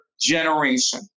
generation